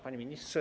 Panie Ministrze!